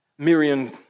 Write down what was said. Miriam